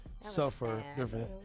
suffer